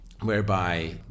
whereby